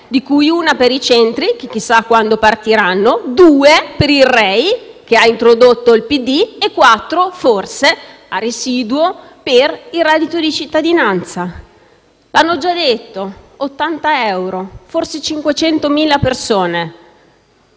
di cui un miliardo per i centri, che chissà quando partiranno, e due per il Rei, che ha introdotto il PD, e forse quattro miliardi, a residuo, per il reddito di cittadinanza. L'hanno già detto: 80 euro per forse 500.000 persone.